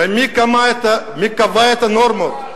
ומי קבע את הנורמות?